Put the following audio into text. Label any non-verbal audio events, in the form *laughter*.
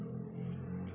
*noise*